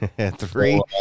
Three